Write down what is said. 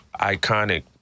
iconic